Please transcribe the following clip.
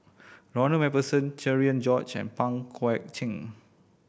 Ronald Macpherson Cherian George and Pang Guek Cheng